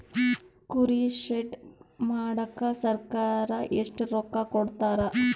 ಕುರಿ ಶೆಡ್ ಮಾಡಕ ಸರ್ಕಾರ ಎಷ್ಟು ರೊಕ್ಕ ಕೊಡ್ತಾರ?